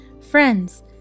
Friends